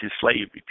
slavery